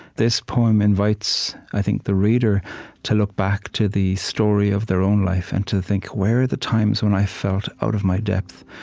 this poem invites, i think, the reader to look back to the story of their own life and to think, where are the times when i felt out of my depth,